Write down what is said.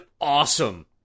awesome